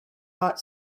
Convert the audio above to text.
hot